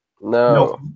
No